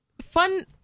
Fun